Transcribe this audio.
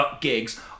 gigs